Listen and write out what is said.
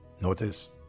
Notice